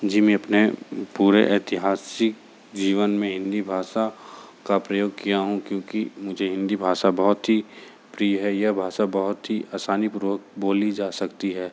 जी मैं अपने पूरे ऐतिहासिक जीवन में हिंदी भाषा का प्रयोग किया हूँ क्योंकि मुझे हिंदी भाषा बहुत ही प्रिय है यह भाषा बहुत ही आसानीपूर्वक बोली जा सकती है